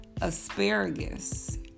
asparagus